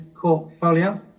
portfolio